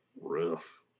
Rough